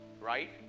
right